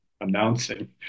announcing